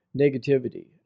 negativity